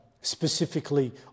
specifically